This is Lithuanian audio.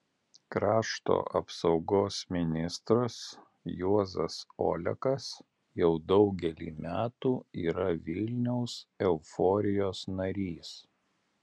krašto apsaugos ministras juozas olekas jau daugelį metų yra vilniaus euforijos narys